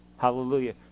Hallelujah